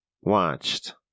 watched